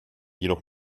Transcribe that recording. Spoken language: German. jedoch